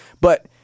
But-